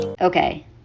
Okay